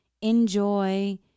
enjoy